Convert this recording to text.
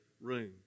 room